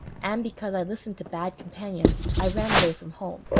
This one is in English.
and because i listened to bad companions, i ran away from home.